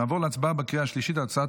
נעבור להצבעה בקריאה השלישית על הצעת